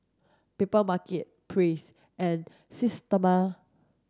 Papermarket Praise and Systema